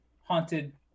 haunted